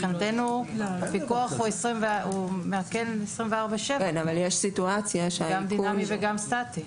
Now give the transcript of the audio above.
מבחינתנו פיקוח הוא 24/7, גם דינמי וגם סטטי.